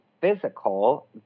physical